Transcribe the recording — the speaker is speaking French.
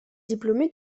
diplômé